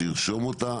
שירשום אותה,